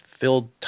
filled